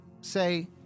say